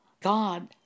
God